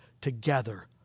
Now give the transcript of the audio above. together